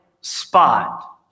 spot